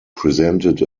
presented